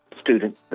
student